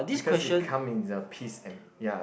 because it come in the piece and ya